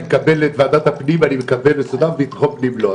אני מקבל את וועדת הפנים ובטחון פנים לא.